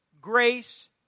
grace